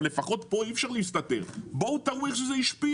לפחות פה אי אפשר להסתתר בואו תראו איך זה השפיע,